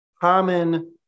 common